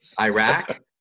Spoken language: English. Iraq